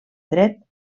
dret